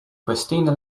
christina